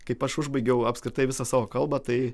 kaip aš užbaigiau apskritai visą savo kalbą tai